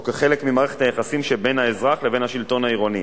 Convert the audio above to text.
או כחלק ממערכת היחסים שבין האזרח לבין השלטון העירוני.